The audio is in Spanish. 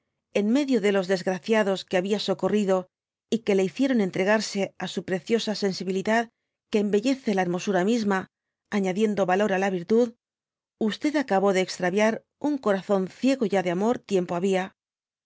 en medio de los desgraciados que babia socorrido y que le biciéron entregarse á su preciosa sensibilidad que embellece la hermosura misma añadiendo valor á la virtud j hó acabó de extraviar un corazón ciego ya de amor tiempo babia